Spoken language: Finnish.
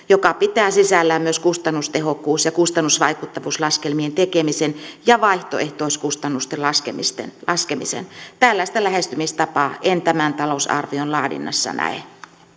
joka pitää sisällään myös kustannustehokkuus ja kustannusvaikuttavuuslaskelmien tekemisen ja vaihtoehtoiskustannusten laskemisen laskemisen tällaista lähestymistapaa en tämän talousarvion laadinnassa näe